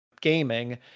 gaming